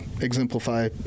exemplify